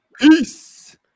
Peace